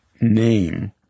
name